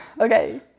Okay